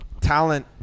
talent